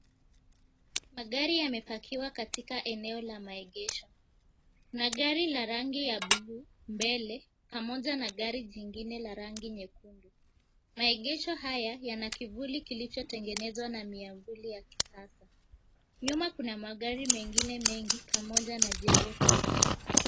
Magari yamepakiwa katika eneo la maegesho. Kuna gari la rangi ya buluu mbele pamoja, na gari jingine la rangi nyekundu. Maegesho haya yana kivuli kilichotengenezwa na miavuli ya kisasa. Nyuma kuna magari mengine mengi pamoja na jengo kubwa.